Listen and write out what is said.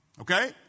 Okay